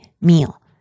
meal